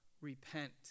repent